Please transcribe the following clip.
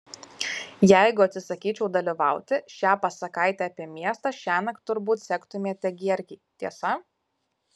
jeigu atsisakyčiau dalyvauti šią pasakaitę apie miestą šiąnakt turbūt sektumėte gierkei tiesa